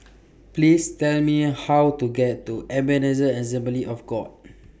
Please Tell Me How to get to Ebenezer Assembly of God